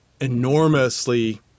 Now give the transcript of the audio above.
enormously